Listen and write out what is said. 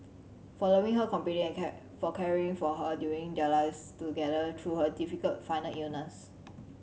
for loving her completely and for caring for her during your lives together through her difficult final illness